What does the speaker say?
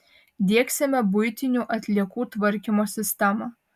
diegsime buitinių atliekų tvarkymo sistemą